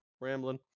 Rambling